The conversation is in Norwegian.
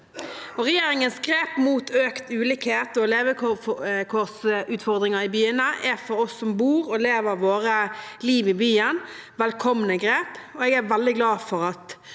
Regjeringens grep mot økt ulikhet og levekårsutfordringer i byene er for oss som bor og lever vårt liv i byen, velkomne grep. Jeg er veldig glad for at